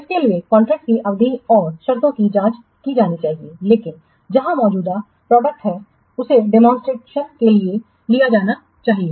इसके लिए कॉन्ट्रैक्ट की अवधि और शर्तों की जांच की जानी चाहिए लेकिन जहां मौजूदा उत्पाद है उसे डेमोंसट्रेशन के लिए जाना चाहिए